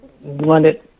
wanted